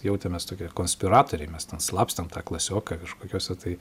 jautėmės tokie konspiratoriai mes ten slapstėm tą klasioką kažkokiose tai